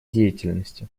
деятельности